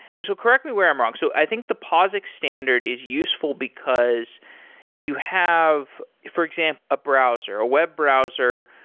so, correct me where i'm wrong. so, i think the posix standard is useful because you have, for example, a browser, a web browser,